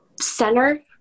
center